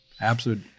absolute